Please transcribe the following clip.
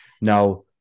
Now